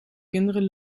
kinderen